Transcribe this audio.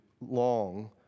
long